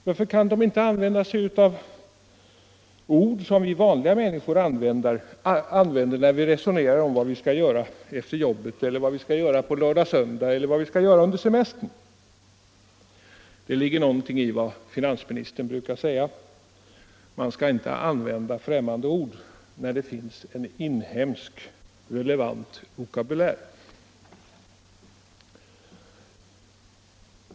Varför kan de inte använda sig av ord som vi vanliga människor använder när vi resonerar om vad vi skall göra efter jobbet, vad vi skall göra lördag-söndag eller vad vi skall göra under semestern? — Det ligger någonting i vad finansministern brukar säga: Man skall inte använda främmande ord när det finns en inhemsk relevant vokabulär.